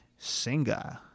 Singa